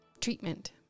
treatment